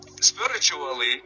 spiritually